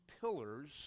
pillars